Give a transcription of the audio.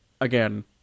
again